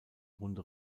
runde